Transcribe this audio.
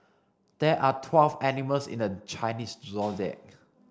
there are twelve animals in the Chinese Zodiac